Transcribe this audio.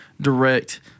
direct